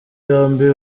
yombi